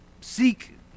seek